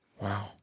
Wow